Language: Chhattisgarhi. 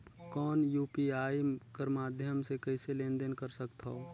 कौन यू.पी.आई कर माध्यम से कइसे लेन देन कर सकथव?